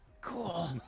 Cool